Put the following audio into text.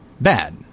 bad